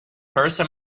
first